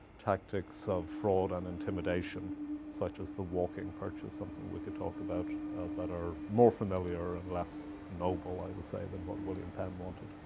tactics of fraud and intimidation such as the walking purchase something we could talk about that are more familiar and less noble, i would say, than what william penn wanted.